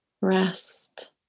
rest